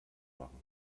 machen